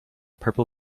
purple